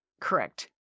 Correct